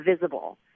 visible